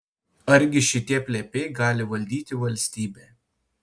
argi šitie plepiai gali valdyti valstybę